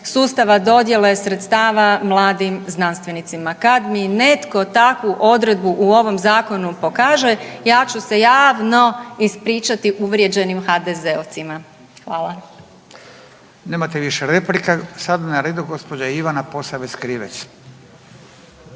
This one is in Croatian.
sustava dodjele sredstava mladim znanstvenicima. Kad mi netko takvu odredbu u ovom zakonu pokaže ja ću se javno ispričati uvrijeđenim HDZ-ovcima. Hvala. **Radin, Furio (Nezavisni)** Nemate više replika. Sada je na redu gospođa Ivana Posavec Krivec.